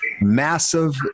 massive